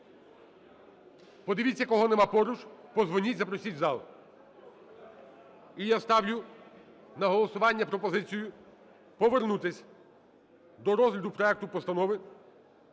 Подивіться кого нема поруч, позвоніть, запросіть в зал. І яставлю на голосування пропозицію повернутися до розгляду проектуПостанови